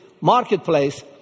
marketplace